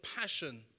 passion